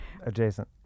Adjacent